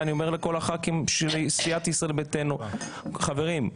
לכול הח"כים של סיעת ישראל ביתנו: חברים,